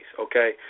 Okay